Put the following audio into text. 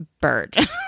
bird